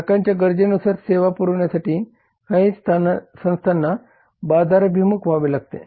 ग्राहकांच्या गरजेनुसार सेवा पुरवण्यासाठी बँकिंग संस्थांना बाजाराभिमुख व्हावे लागते